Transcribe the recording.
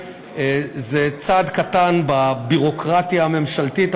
זה צעד קטן בביורוקרטיה הממשלתית,